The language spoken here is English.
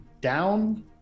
down